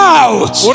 out